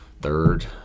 third